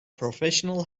professional